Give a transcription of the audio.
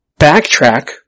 backtrack